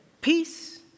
Peace